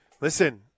Listen